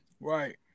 Right